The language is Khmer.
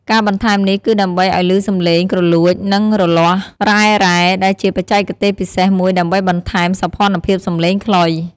ការបន្ថែមនេះគឺដើម្បីឲ្យឮសំឡេងគ្រលួច និងរលាស់ "រ៉ែៗ" ដែលជាបច្ចេកទេសពិសេសមួយដើម្បីបន្ថែមសោភ័ណភាពសំឡេងខ្លុយ។